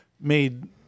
made